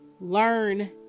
learn